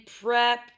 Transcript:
prep